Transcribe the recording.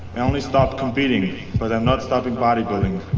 only stopped competing, but i am not stopping bodybuilding.